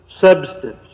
substance